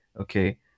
okay